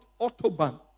Autobahn